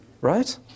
right